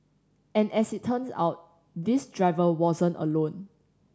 and as it turns out this driver wasn't alone